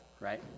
right